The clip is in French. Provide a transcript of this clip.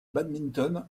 badminton